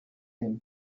him